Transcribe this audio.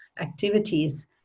activities